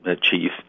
chief